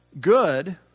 good